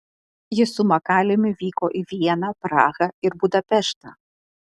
ji su makaliumi vyko į vieną prahą ir budapeštą